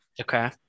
Okay